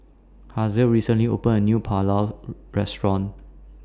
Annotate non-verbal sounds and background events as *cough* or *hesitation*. Hazelle recently opened A New Pulao *hesitation* Restaurant